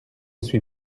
suis